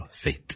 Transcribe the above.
faith